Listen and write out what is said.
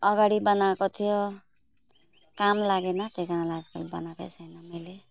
अगाडि बनाएको थियो काम लागेन त्यही कारणले आज कल बनाएको छैन मैले